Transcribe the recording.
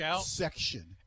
section